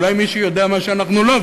אולי מישהו יודע מה שאנחנו לא,